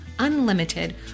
unlimited